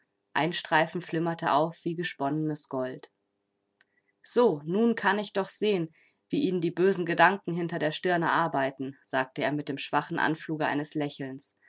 ein streifen flimmerte auf wie gesponnenes gold so nun kann ich doch sehen wie ihnen die bösen gedanken hinter der stirne arbeiten sagte er mit dem schwachen anfluge eines lächelns